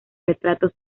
retratos